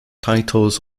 titles